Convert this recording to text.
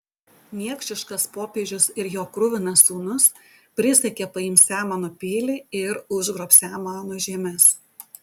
niekšiškas popiežius ir jo kruvinas sūnus prisiekė paimsią mano pilį ir užgrobsią mano žemes